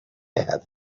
have